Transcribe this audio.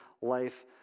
life